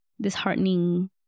disheartening